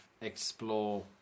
explore